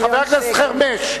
חבר הכנסת חרמש,